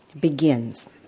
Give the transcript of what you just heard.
begins